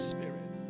Spirit